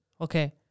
Okay